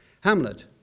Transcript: Hamlet